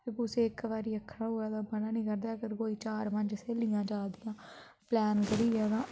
ते कुसै इक बारी आखना होऐ तां मना नी करदा ऐ अगर कोई चार पंज स्हेलियां जा दियां प्लैन करियै तां